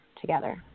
together